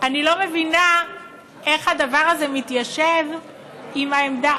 אני לא מבינה איך הדבר הזה מתיישב עם העמדה,